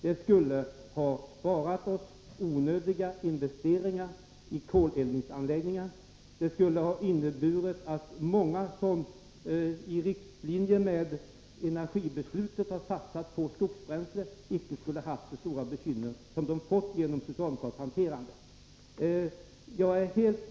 Det skulle ha besparat oss onödiga investeringar i koleldningsanläggningar, det skulle ha inneburit att många som i linje med energibeslutet har satsat på skogsbränsle inte hade haft så stora bekymmer som de har fått genom socialdemokraternas hanterande av frågan.